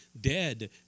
dead